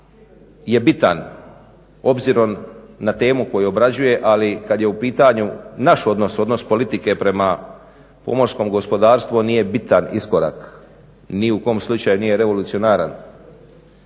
je bitan obzirom na temu koju obrađuje, ali kad je u pitanju naš odnos, odnos politike prema pomorskom gospodarstvu on nije bitan iskorak i ni u kom slučaju nije revolucionaran.